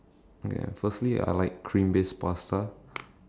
okay firstly I like cream based pasta